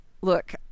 look